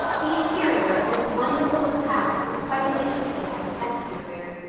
the interior of this wonderful little house was quite as interesting as its exterior.